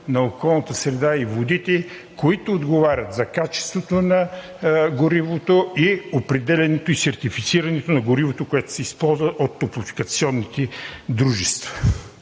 на околната среда и водите, които отговарят за качеството на горивото и определянето и сертифицирането на горивото, което се използва от топлофикационните дружества.